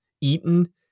eaten